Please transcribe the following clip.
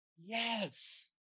Yes